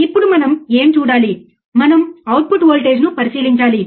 ఎక్కడో ఒకచోట slew rate సరైన వక్రీకరణ అవుతుంది స్లీవ్ రేటులో కొంత వక్రీకరణ ఉంటుంది